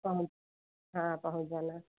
पहुँच हाँ पहुँच जाना